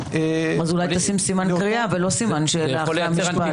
--- אולי תשים סימן קריאה ולא סימן שאלה אחרי המשפט.